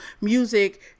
music